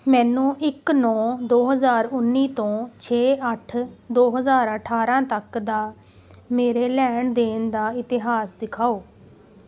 ਮੈਨੂੰ ਇੱਕ ਨੌਂ ਦੋ ਹਜ਼ਾਰ ਉੱਨੀ ਤੋਂ ਛੇ ਅੱਠ ਦੋ ਹਜ਼ਾਰ ਅਠਾਰਾਂ ਤੱਕ ਦਾ ਮੇਰੇ ਲੈਣ ਦੇਣ ਦਾ ਇਤਿਹਾਸ ਦਿਖਾਓ